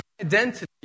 identity